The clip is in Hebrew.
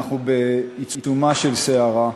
אנחנו בעיצומה של סערה.